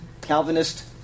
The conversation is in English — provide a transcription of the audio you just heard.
Calvinist